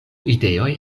ideoj